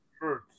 Hurt